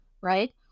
right